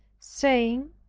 saying,